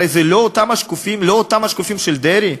הרי, זה לא אותם השקופים של דרעי?